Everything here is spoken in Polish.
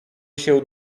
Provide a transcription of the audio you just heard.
się